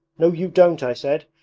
no, you don't! i said,